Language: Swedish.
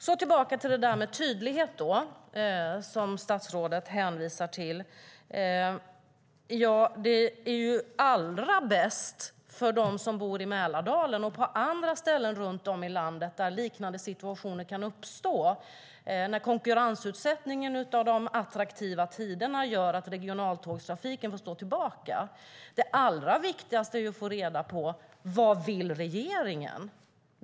Jag återgår därefter till detta med tydlighet som statsrådet hänvisar till. Det är allra bäst för dem som bor i Mälardalen och på andra ställen runt om i landet där liknande situationer kan uppstå när konkurrensutsättningen av de attraktiva tiderna gör att regionaltågstrafiken får stå tillbaka. Det allra viktigaste är att få reda på vad regeringen vill.